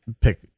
pick